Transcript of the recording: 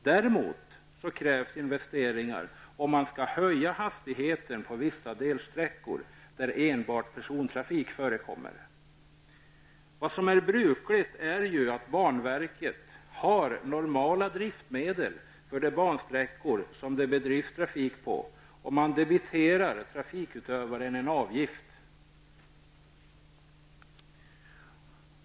Däremot krävs investeringar om man skall höja hastigheten på vissa delsträckor där enbart persontrafik förekommer. Det är ju brukligt att banverket har normala driftsmedel för de bansträckor där det bedrivs trafik och att man debiterar trafikutövarna en avgift.